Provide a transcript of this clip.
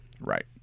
right